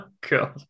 God